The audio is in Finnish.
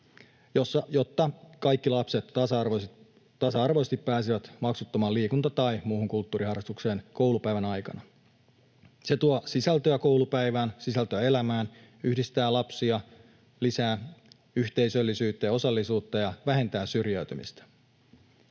jotta kaikki lapset tasa-arvoisesti pääsevät maksuttomaan liikunta- tai muuhun kulttuuriharrastukseen koulupäivän aikana. Se tuo sisältöä koulupäivään, sisältöä elämään, yhdistää lapsia, lisää yhteisöllisyyttä ja osallisuutta ja vähentää syrjäytymistä.